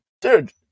dude